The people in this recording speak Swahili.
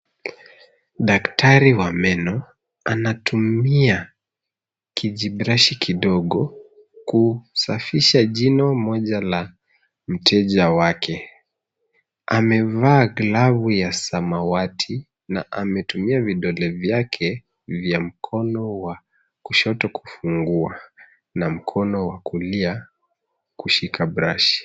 Daktari wa meno anatumia kijibrashi kidogo kusafisha jino Moja la mteja Wake. Amevaa glovu ya samawati na ametumia vidole vyake vya mkono wa kushoto kufungua na mkono wa kulia kushika brashi.